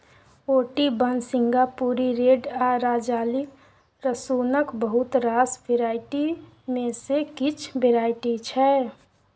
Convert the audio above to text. Ooty one, सिंगापुरी red आ राजाली रसुनक बहुत रास वेराइटी मे सँ किछ वेराइटी छै